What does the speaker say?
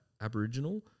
Aboriginal